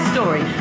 story